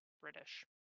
British